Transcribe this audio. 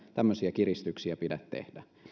tämmöisiä kiristyksiä pidä tehdä